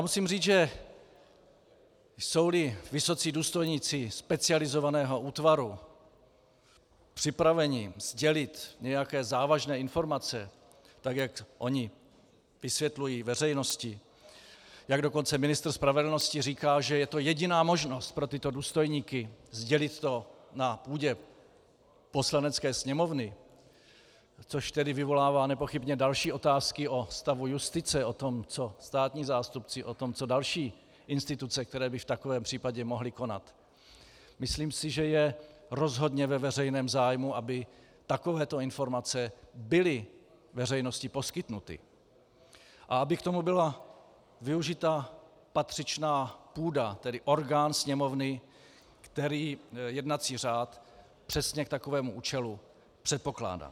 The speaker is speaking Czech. Musím říct, že jsouli vysocí důstojníci specializovaného útvaru připraveni sdělit nějaké závažné informace, tak jak oni vysvětlují veřejnosti, jak dokonce ministr spravedlnosti říká, že je to jediná možnost pro tyto důstojníky sdělit to na půdě Poslanecké sněmovny což tedy vyvolává nepochybně další otázky o stavu justice, o tom, co státní zástupci, o tom, co další instituce, které by v takovém případě mohly konat , myslím si, že je rozhodně ve veřejném zájmu, aby takovéto informace byly veřejnosti poskytnuty a aby k tomu byla využita patřičná půda, tedy orgán Sněmovny, který jednací řád přesně k takovému účelu předpokládá.